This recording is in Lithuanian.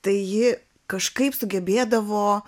tai ji kažkaip sugebėdavo